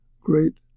great